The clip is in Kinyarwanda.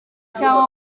cyangwa